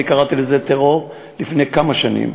אני קראתי לזה טרור לפני כמה שנים.